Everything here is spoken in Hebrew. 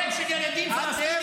חנוך דב מלביצקי (הליכוד): אתם